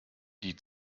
die